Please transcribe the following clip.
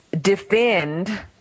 defend